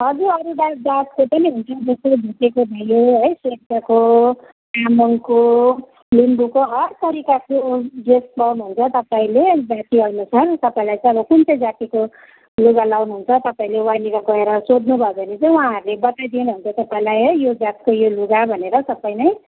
हजुर अरू जात जातको पनि हुन्छ जस्तो भोटेको भयो है शेर्पाको तामाङको लिम्बूको हर तरिकाको ड्रेस पाउनुहुन्छ तपाईँले जातिअनुसार तपाईँलाई चाहिँ अब कुन चाहिँ जातिको लुगा लाउनुहुन्छ तपाईँले वहाँनिर गएर सोध्नु भयो भनी चाहिँ उहाँहरूले बताइदिनुहुन्छ तपाईँलाई है यो जातको यो लुगा भनेर सबै नै